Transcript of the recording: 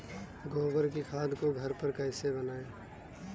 गोबर की खाद को घर पर कैसे बनाएँ?